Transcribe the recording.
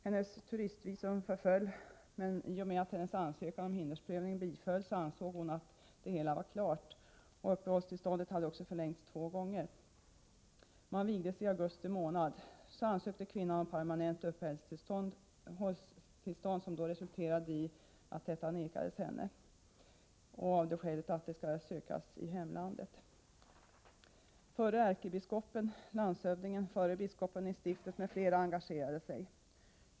Hennes turistvisum förföll, men i och med att hennes ansökan om hindersprövning bifölls ansåg hon att det hela var klart. Uppehållstillståndet hade också förlängts två gånger. Parterna vigdes i augusti månad. Därefter ansökte kvinnan om permanent uppehållstillstånd, vilket resulterade i att detta nekades henne av det skälet att uppehållstillstånd skall sökas i hemlandet. Förre ärkebiskopen, landshövdingen, förre biskopen i stiftet m.fl. engagerade sig.